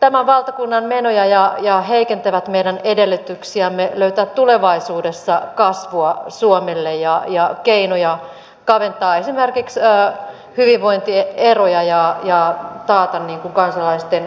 tämän valtakunnan menoja ja heikentävät meidän edellytyksiämme löytää tulevaisuudessa kasvua suomelle ja keinoja kaventaa esimerkiksi hyvinvointieroja ja taata kansalaisten tasa arvo